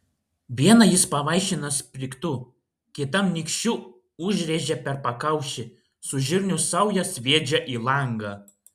vieną jis pavaišina sprigtu kitam nykščiu užrėžia per pakaušį su žirnių sauja sviedžia į langą